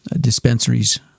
dispensaries